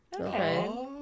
okay